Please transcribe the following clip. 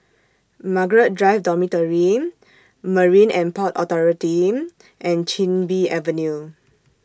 Margaret Drive Dormitory Marine and Port Authority and Chin Bee Avenue